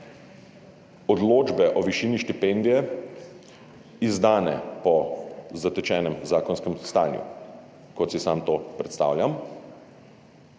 odločbe o višini štipendije izdane po zatečenem zakonskem stanju, kot si sam to predstavljam,